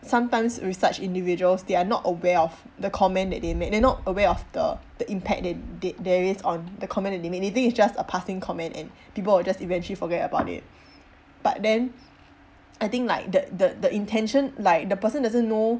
sometimes with such individuals they are not aware of the comment that they made they're not aware of the the impact that that there is on the comment that they made they think it's just a passing comment and people will just eventually forget about it but then I think like the the the intention like the person doesn't know